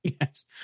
Yes